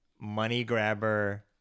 money-grabber